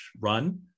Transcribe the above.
run